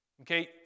Okay